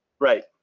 Right